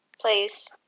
please